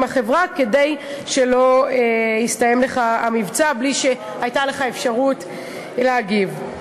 החברה כדי שלא יסתיים לך המבצע בלי שהייתה לך אפשרות להגיב.